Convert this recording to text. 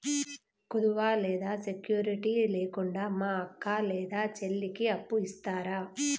కుదువ లేదా సెక్యూరిటి లేకుండా మా అక్క లేదా చెల్లికి అప్పు ఇస్తారా?